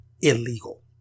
illegal